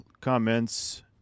comments